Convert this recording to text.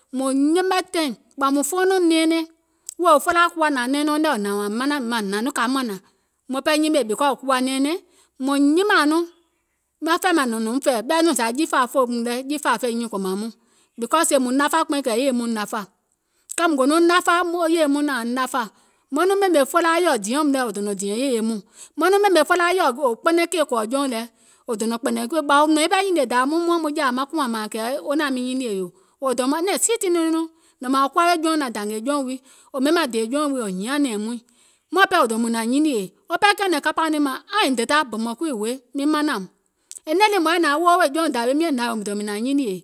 Mùŋ yɛmɛ̀ taìŋ, ɓɔ̀ mùŋ fɔɔnɔ̀ŋ nɛɛnɛŋ, mùŋ woȧ mȧȧŋ muŋ ɓemè felaa, yɛ̀mɛ̀ felaa nyȧŋ sùȧ wèè yèɔ kuwa ɓɛ̀ɛ̀jȧa wèè nyuùŋ kȧìŋ wò gboo nyuùŋ kȧìŋ kɔɔ tɛ̀ɛ̀, wò gbòòùm kɔɔ tɛ̀ɛ̀, zȧ mùŋ nafȧ nɔŋ kɛ̀ yèye mɔɔ̀ŋ nafȧ, wo pɛɛ kɛ̀ɛ̀nɛ̀ŋ kapȧ mȧȧŋ miŋ gò nyimèè hoi, miŋ manȧùm, e nɛ̀ŋ lii mùŋ nȧŋ yɛi nȧaŋ woò wèè jɔùŋ dàwi miɔ̀ŋ nȧwèè mùŋ dònȧŋ mìŋ nȧŋ nyinìè,